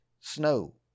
snow